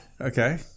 Okay